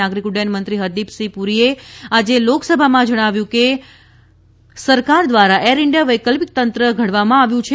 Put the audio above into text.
નાગરિક ઉડ્ડયન મંત્રી હરદીપસિંહ પુરીએ આજે લોકસભામાં જણાવ્યું કે સરકાર દ્વારા એર ઇન્ડિયા વૈકલ્પિકતંત્ર ઘડવામાં આવ્યું છે